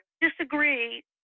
disagree